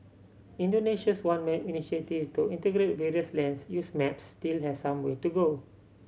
Indonesia's One Map initiative to integrate various lands use maps still has some way to go